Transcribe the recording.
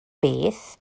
beth